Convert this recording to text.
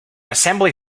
assembly